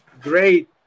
great